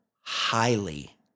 highly